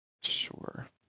Sure